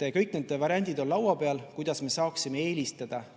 Kõik need variandid on laua peal, kuidas me saaksime eelistada neid